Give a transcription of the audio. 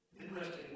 Interesting